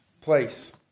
Place